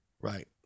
Right